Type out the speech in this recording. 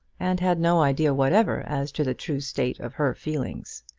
and had no idea whatever as to the true state of her feelings.